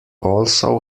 also